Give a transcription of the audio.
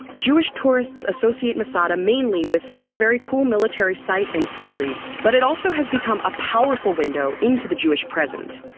jewish tourists associate masada mainly with being a very cool military sight and story but it also has become a powerful window into the jewish present.